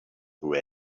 through